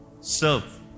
serve